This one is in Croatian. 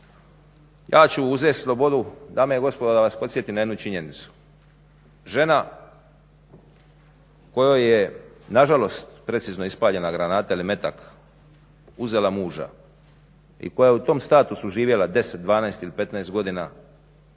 Ja ću uzeti slobodu dame i gospodo da vas podsjetim na jednu činjenicu. Žena kojoj je, nažalost, precizno ispaljena granata ili metak uzela muža i koja je u tom statusu živjela 10, 12 ili 15 godina